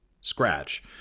scratch—